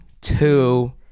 two